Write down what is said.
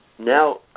Now